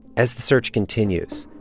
as the search continues,